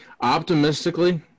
Optimistically